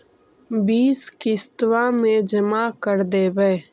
बिस किस्तवा मे जमा कर देवै?